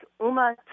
UMA